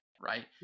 right